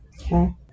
Okay